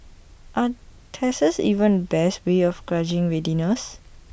are tests even the best way of gauging readiness